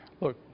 Look